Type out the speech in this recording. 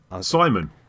Simon